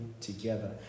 together